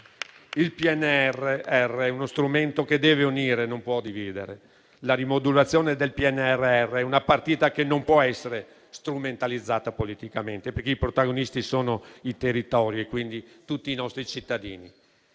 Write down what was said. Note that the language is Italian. Il PNRR è uno strumento che deve unire e non può dividere. La rimodulazione del PNRR è una partita che non può essere strumentalizzata politicamente, perché i protagonisti sono i territori e, quindi, tutti i nostri cittadini.